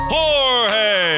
Jorge